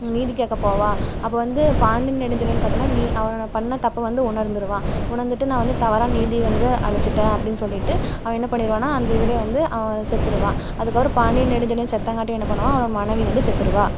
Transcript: நீதி கேட்கப் போவாள் அப்போ வந்து பாண்டியன் நெடுஞ்செழியன் பார்த்தோன்னா நீ அவன் பண்ண தப்பை வந்து உணர்ந்துடுவான் உணர்ந்துட்டு நான் வந்து தவறான நீதியை வந்து அளிச்சிட்டேன் அப்படின்னு சொல்லிட்டு அவன் என்ன பண்ணிடுவான்னா அந்த இதிலயே வந்து அவன் செத்துடுவான் அதுக்கப்புறம் பாண்டியன் நெடுஞ்செழியன் செத்தங்காட்டியும் என்ன பண்ணுவான் அவனோடய மனைவி வந்து செத்துடுவா